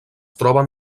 troben